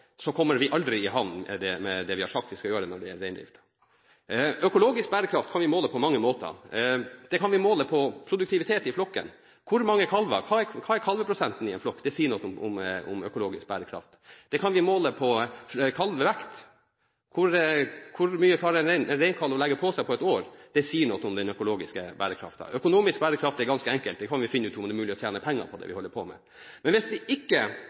kommer vi aldri i havn med det vi har sagt vi skal gjøre når det gjelder reindriften. Økologisk bærekraft kan vi måle på mange måter. Det kan vi måle på produktivitet i flokken: Hvor mange kalver er det – hva er kalveprosenten i en flokk? Det sier noe om økologisk bærekraft. Vi kan måle det på kalvevekt: Hvor mye klarer en reinkalv å legge på seg på et år? Det sier noe om den økologiske bærekraften. Økonomisk bærekraft er ganske enkelt – vi kan finne ut om det er mulig å tjene penger på det vi holder på med. Men hvis vi ikke